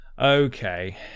Okay